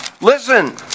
listen